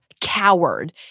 coward